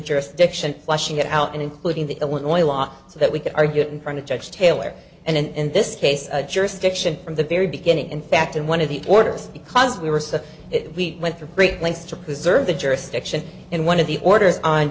jurisdiction washing it out and including the illinois law so that we could argue it in front of judge taylor and in this case jurisdiction from the very beginning in fact in one of the orders because we were so it we went through great lengths to preserve the jurisdiction in one of the orders on